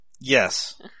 Yes